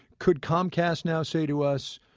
could comcast now say to us,